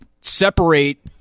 separate